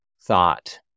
thought